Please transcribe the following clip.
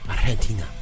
Argentina